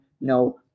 no